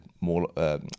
more